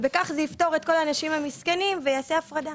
בכך, זה יפתור את כל האנשים המסכנים ויעשה הפרדה.